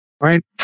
right